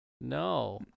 no